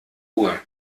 uhr